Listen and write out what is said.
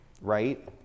right